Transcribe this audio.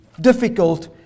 difficult